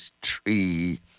tree